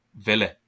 Villa